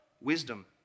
wisdom